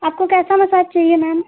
आपको कैसा मसाज चाहिए मैम